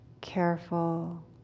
careful